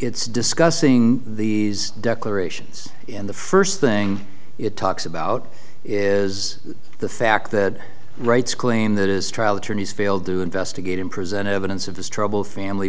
it's discussing these declarations and the first thing it talks about is the fact that rights claim that is trial attorneys failed to investigate and present evidence of this troubled family